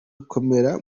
gukomera